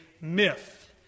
myth